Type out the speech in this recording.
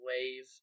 Wave